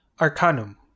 Arcanum